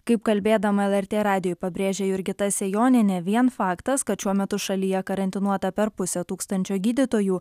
kaip kalbėdama lrt radijui pabrėžė jurgita sejonienė vien faktas kad šiuo metu šalyje karantinuota per pusę tūkstančio gydytojų